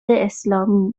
اسلامی